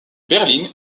berline